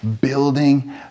building